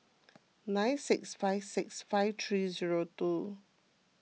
nine six five six five three zero two